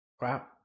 Wow